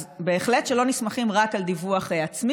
אז בהחלט שלא נסמכים רק על דיווח על עצמי,